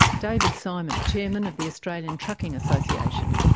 david simon, chairman of the australian trucking association.